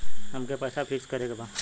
अमके पैसा फिक्स करे के बा?